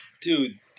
Dude